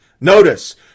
Notice